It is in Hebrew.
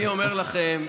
אני אומר לכם,